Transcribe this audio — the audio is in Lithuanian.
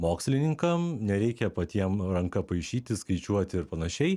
mokslininkam nereikia patiem ranka paišyti skaičiuoti ir panašiai